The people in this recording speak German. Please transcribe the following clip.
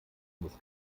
muss